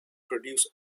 produce